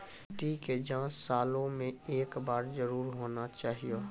मिट्टी के जाँच सालों मे एक बार जरूर होना चाहियो?